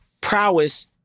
prowess